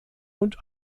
und